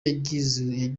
yagize